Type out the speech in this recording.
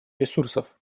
ресурсов